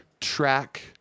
track